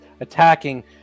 Attacking